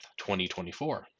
2024